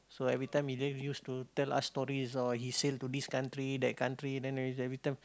so every time he used to tell us stories or he sail to this country that country then every every time